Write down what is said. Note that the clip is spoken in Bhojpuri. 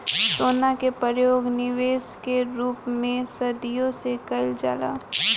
सोना के परयोग निबेश के रूप में सदियों से कईल जाला